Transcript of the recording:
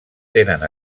tenen